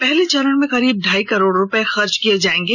पहले चरण में करीब ढ़ाई करोड़ रुपए खर्च किए जाएंगे